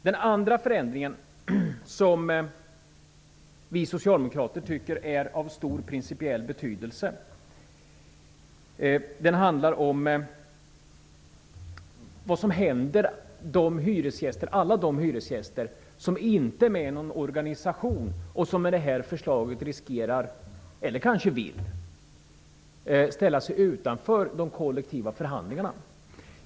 Den andra förändringen, som vi socialdemokrater tycker är av stor principiell betydelse, handlar om vad som händer med alla de hyresgäster som inte är med i någon organisation och som med detta förslag riskerar att -- eller kanske vill -- ställas utanför de kollektiva förhandlingarna.